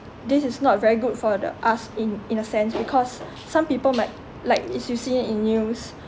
this is not very good for the us in in a sense because some people might like is you see in news